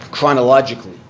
chronologically